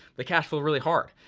they cash flow really hard.